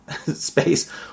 space